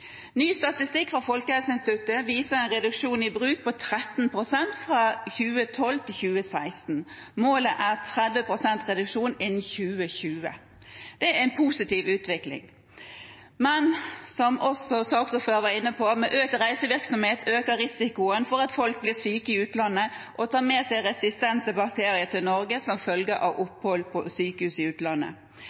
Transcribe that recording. Ny statistikk fra Folkehelseinstituttet viser en reduksjon i bruk på 13 pst. fra 2012 til 2016. Målet er 30 pst. reduksjon innen 2020. Det er en positiv utvikling. Men, som saksordføreren også var inne på, med økt reisevirksomhet øker risikoen for at folk blir syke i utlandet og tar med seg resistente bakterier til Norge som følge av opphold på sykehus i utlandet.